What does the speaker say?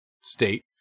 state